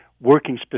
working